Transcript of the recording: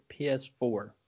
PS4